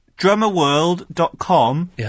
Drummerworld.com